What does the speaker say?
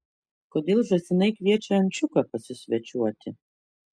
kodėl žąsinai kviečia ančiuką pasisvečiuoti